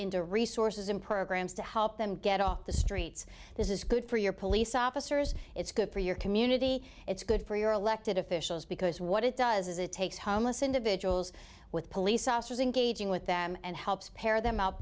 into resources in programming to help them get off the streets this is good for your police officers it's good for your community it's good for your elected officials because what it does is it takes homeless individuals with police officers engaging with them and helps pair them up